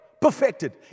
perfected